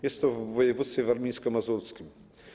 Jest to w województwie warmińsko-mazurskim.